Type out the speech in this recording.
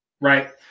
right